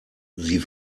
sie